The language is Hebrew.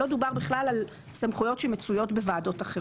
לא דובר בכלל על סמכויות שמצויות בוועדות אחרות.